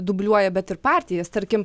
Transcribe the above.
dubliuoja bet ir partijas tarkim